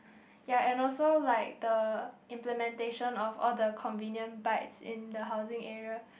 ya and also like the implementation of all the convenient bikes in the housing area